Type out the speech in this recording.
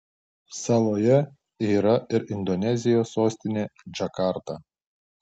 saloje yra ir indonezijos sostinė džakarta